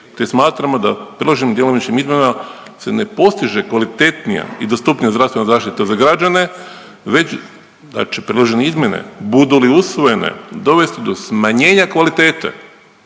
te smatramo da predloženim djelomičnim izmjenama se ne postiže kvalitetnija i dostupnija zdravstvena zaštita za građane već znači predložene izmjene budu li usvojene dovesti do smanjenja kvalitete,